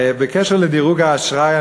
בקשר לדירוג האשראי,